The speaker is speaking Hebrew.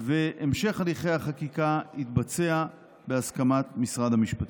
והמשך הליכי החקיקה יתבצע בהסכמת משרד המשפטים.